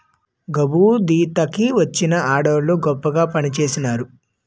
గాబుదీత కి వచ్చిన ఆడవోళ్ళు గొప్పగా పనిచేసినారు